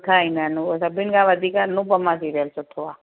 सुठा ईंदा आहिनि हूअ सभिनि खां वधीक अनुपमा सीरियल सुठो आहे